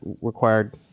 required